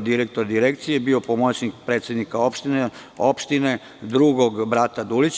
direktora Direkcije, bio je pomoćnik predsednika opštine drugog brata Dulića?